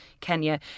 Kenya